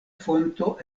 fonto